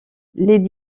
les